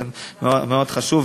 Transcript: מאוד חשוב.